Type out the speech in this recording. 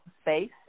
space